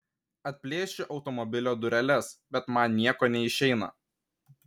atplėšiu automobilio dureles bet man nieko neišeina